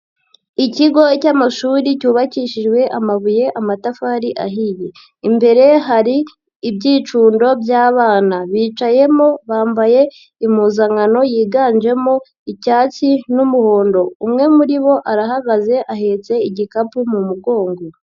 Ikigo cy'amashuri cyubakishijwe amabuye, amatafari ahiye, imbere hari ibyicundo by'abana, bicayemo bambaye impuzankano yiganjemo icyatsi n'umuhondo, umwe muri bo arahagaze ahetse igikapu mu mugongo.